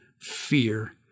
fear